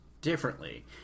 differently